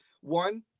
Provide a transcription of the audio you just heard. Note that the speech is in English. one